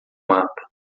mapa